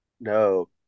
No